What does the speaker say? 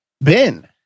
Ben